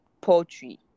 poultry